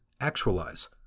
actualize